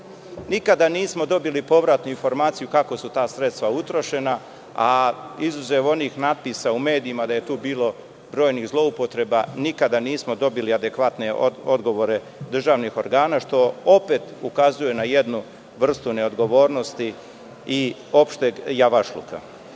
nismo dobili povratnu informaciju kako su ta sredstva utrošena, a izuzev onih natpisa u medijima da je tu bilo brojnih zloupotreba nikada nismo dobili adekvatne odgovore državnih organa, što opet ukazuje na jednu vrstu neodgovornosti i opšteg javašluka. Ono